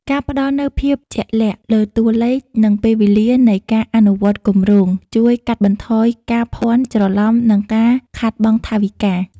ការផ្តល់នូវ "ភាពជាក់លាក់" លើតួលេខ និងពេលវេលានៃការអនុវត្តគម្រោង ជួយកាត់បន្ថយការភាន់ច្រឡំ និងការខាតបង់ថវិកា។